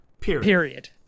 Period